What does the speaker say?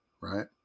right